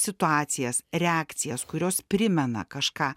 situacijas reakcijas kurios primena kažką